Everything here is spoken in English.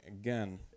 again